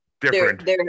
different